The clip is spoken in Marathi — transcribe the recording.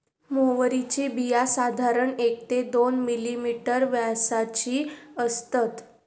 म्होवरीची बिया साधारण एक ते दोन मिलिमीटर व्यासाची असतत